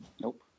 Nope